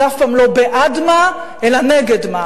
זה אף פעם לא בעד מה, אלא נגד מה.